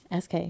sk